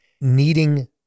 needing